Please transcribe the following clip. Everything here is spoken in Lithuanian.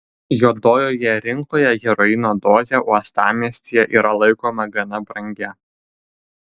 juodojoje rinkoje heroino dozė uostamiestyje yra laikoma gana brangia